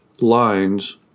lines